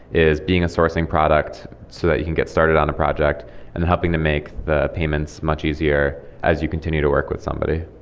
is being a sourcing product so that you can get started on the project and helping to make the payments much easier as you continue to work with somebody